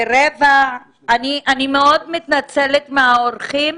אני מאוד מתנצלת בפני האורחים.